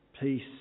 peace